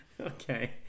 Okay